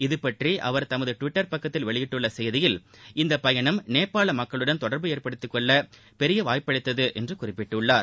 இதுபற்றி அவர் தமது டுவிட்டர் பக்கத்தில் வெளியிட்டுள்ள செய்தியில் இந்தப் பயணம் நேபாள மக்களுடன் தொடர்பு ஏற்படுத்திக் கொள்ள பெரிய வாய்ப்பளித்தது என்று குறிப்பிட்டுள்ளார்